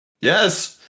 Yes